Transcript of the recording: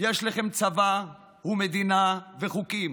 יש לכם צבא ומדינה וחוקים,